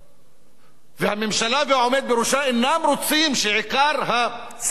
והממשלה והעומד בראשה אינם רוצים שעיקר השיח הפוליטי,